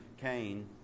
Cain